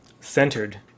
centered